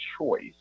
choice